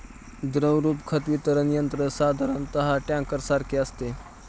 द्रवरूप खत वितरण यंत्र साधारणतः टँकरसारखे असते